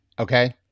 Okay